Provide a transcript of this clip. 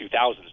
2000s